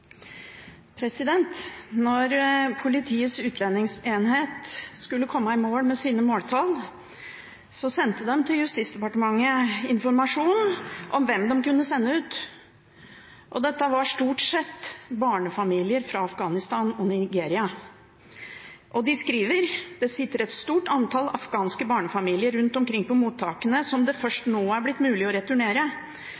Politiets utlendingsenhet skulle komme i mål med sine måltall, så sendte de Justisdepartementet informasjon om hvem de kunne sende ut, og dette var stort sett barnefamilier fra Afghanistan og Nigeria. De skriver at det sitter et stort antall afghanske barnefamilier rundt omkring på mottakene, som det først nå er blitt mulig å returnere,